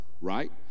right